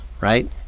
right